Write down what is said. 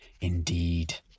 indeed